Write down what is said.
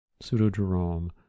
Pseudo-Jerome